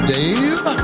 Dave